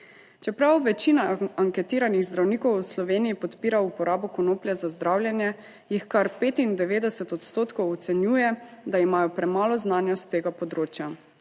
Čeprav večina anketiranih zdravnikov v Sloveniji podpira uporabo konoplje za zdravljenje, jih kar 95 odstotkov ocenjuje, da imajo premalo znanja s tega področja.